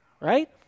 right